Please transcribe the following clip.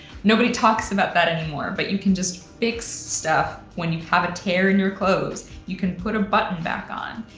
nobody talks about that anymore, but you can just fix stuff when you have a tear in your clothes. you can put a button back on.